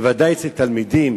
בוודאי אצל תלמידים